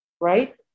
right